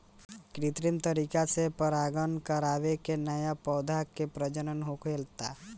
कृत्रिम तरीका से परागण करवा के न्या पौधा के प्रजनन होखता